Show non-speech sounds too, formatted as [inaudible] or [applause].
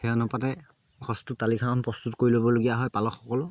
সেই অনুপাতে [unintelligible] তালিকাখন প্ৰস্তুত কৰি ল'বলগীয়া হয় পালক সকলো